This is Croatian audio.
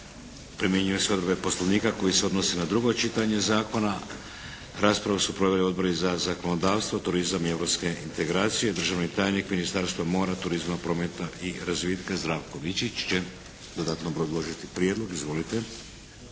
Primjenjuju se odredbe Poslovnika koji se odnose na drugo čitanje zakona. Raspravu su proveli Odbori za zakonodavstvo, turizam i europske integracije. Državni tajnik Ministarstva mora, turizma, prometa i razvitka Zdravko Vičić će dodatno obrazložiti prijedlog. Izvolite.